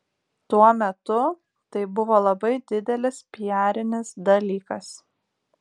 tuo metu tai buvo labai didelis piarinis dalykas